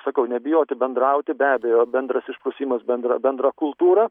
sakau nebijoti bendrauti be abejo bendras išprusimas bendra bendra kultūra